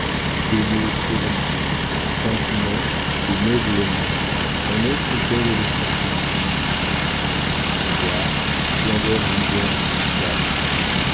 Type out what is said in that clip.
d'aimer purement saintement et noblement un être auquel elles sacrifient tout voir splendeurs et misère des courtisanes